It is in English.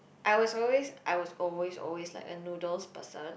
I was always I was always always like a noodles person